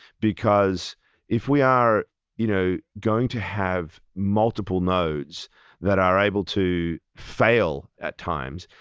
because if we are you know going to have multiple modes that are able to fail at times,